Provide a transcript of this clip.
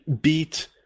beat